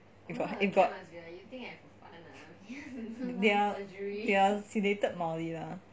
if got if got they are they are sedated mildly lah